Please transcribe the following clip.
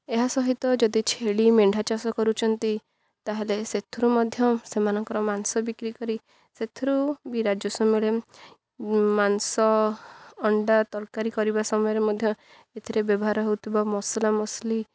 ଏହା ସହିତ ଯଦି ଛେଳି ମେଣ୍ଢା ଚାଷ କରୁଛନ୍ତି ତା'ହେଲେ ସେଥିରୁ ମଧ୍ୟ ସେମାନଙ୍କର ମାଂସ ବିକ୍ରି କରି ସେଥିରୁ ବି ରାଜସ୍ୱ ମିଳେ ମାଂସ ଅଣ୍ଡା ତରକାରୀ କରିବା ସମୟରେ ମଧ୍ୟ ଏଥିରେ ବ୍ୟବହାର ହେଉଥିବା ମସଲା ମସଲି